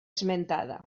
esmentada